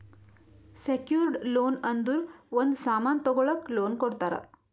secured loan ಅಂದುರ್ ಒಂದ್ ಸಾಮನ್ ತಗೊಳಕ್ ಲೋನ್ ಕೊಡ್ತಾರ